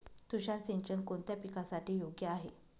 तुषार सिंचन कोणत्या पिकासाठी योग्य आहे?